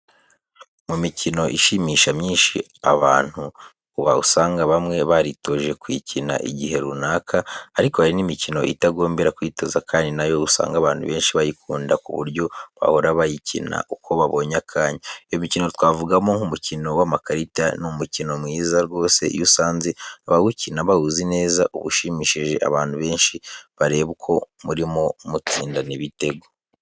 Mu mikino ishimisha myinshi abantu uba usanga bamwe baritoje kuyikina igihe runaka ariko hari n'imikino itagombera kwitoza kandi nayo usanga abantu benshi bayikunda ku buryo bahora bayikina uko babonye akanya. Iyo mikino twavugamo nk'umukino w'amakarita, ni umukino mwiza rwose iyo usanze abawukina bawuzi neza uba ushimishije abantu benshi bareba uko murimo mutsindana ibitego.